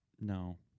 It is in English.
No